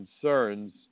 concerns